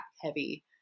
heavy